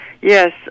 Yes